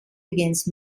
against